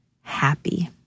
happy